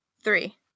Three